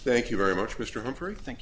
thank you very much mr humphries thin